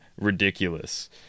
ridiculous